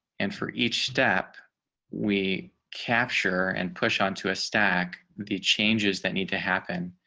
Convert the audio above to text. and for each step we capture and push on to a stack the changes that need to happen.